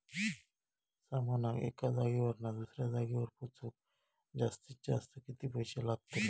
सामानाक एका जागेवरना दुसऱ्या जागेवर पोचवूक जास्तीत जास्त किती पैशे लागतले?